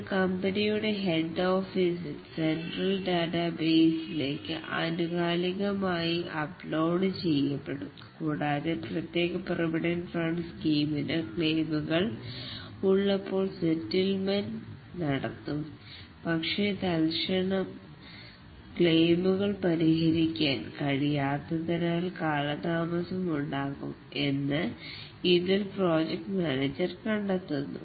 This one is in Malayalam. ഇത് കമ്പനിയുടെ ഹെഡ് ഓഫീസിൽ സെൻട്രൽ ഡാറ്റാബേസ് ലേക്ക് ആനുകാലികമായി അപ്ലോഡ് ചെയ്യപ്പെടും കൂടാതെ പ്രത്യേക പ്രൊവിഡൻ ഫണ്ട് സ്കീമിനായി ക്ലെയിമുകൾ ഉള്ളപ്പോൾ സെറ്റിൽമെൻറ് നടത്തും പക്ഷേ തൽക്ഷണം ക്ലെയിമുകൾ പരിഹരിക്കാൻ കഴിയാത്തതിനാൽ കാലതാമസം ഉണ്ടാകും എന്ന് ഇതിൽ പ്രോജക്ട് മാനേജർ കണ്ടെത്തുന്നു